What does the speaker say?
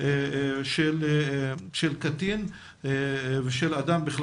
של קטין ושל אדם בכלל.